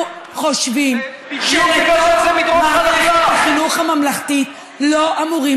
אנחנו חושבים שלתוך מערכת החינוך הממלכתית לא אמורים